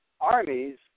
armies